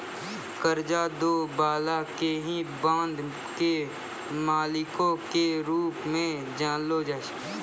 कर्जा दै बाला के ही बांड के मालिको के रूप मे जानलो जाय छै